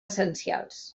essencials